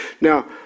Now